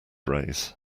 rays